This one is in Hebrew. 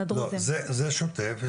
לא, זה שוטף.